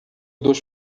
dos